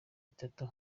bitatu